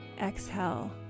exhale